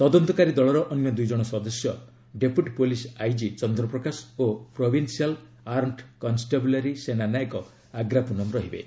ତଦନ୍ତକାରୀ ଦଳର ଅନ୍ୟ ଦୁଇଜଣ ସଦସ୍ୟ ଡେପୁଟି ପୋଲିସ୍ ଆଇଜି ଚନ୍ଦ୍ରପ୍ରକାଶ ଓ ପ୍ରୋଭିନ୍ସିଆଲ ଆର୍ମଡ୍ କନଷ୍ଟାବୁଲାରୀର ସେନା ନାୟକ ଆଗା ପୁନମ୍ ରହିବେ